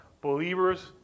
believers